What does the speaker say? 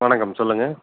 வணக்கம் சொல்லுங்க